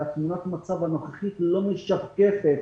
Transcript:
ותמונת המצב הנוכחית לא משקפת